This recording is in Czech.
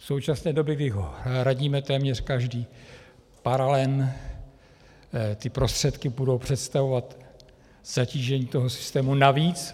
V současné době, kdy hradíme téměř každý paralen, ty prostředky budou představovat zatížení toho systému navíc.